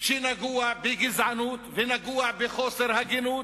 שנגוע בגזענות, ונגוע בחוסר הגינות,